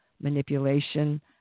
manipulation